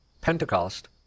Pentecost